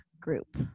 group